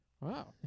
Wow